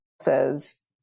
says